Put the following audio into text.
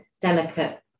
delicate